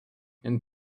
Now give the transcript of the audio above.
and